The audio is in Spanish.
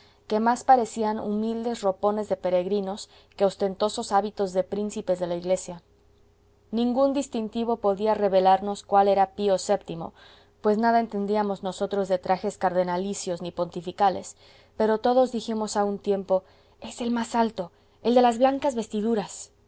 que más parecían humildes ropones de peregrinos que ostentosos hábitos de príncipes de la iglesia ningún distintivo podía revelarnos cuál era pío vii pues nada entendíamos nosotros de trajes cardenalicios ni pontificales pero todos dijimos a un tiempo es el más alto el de las blancas vestiduras